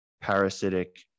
parasitic